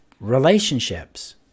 Relationships